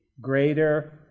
greater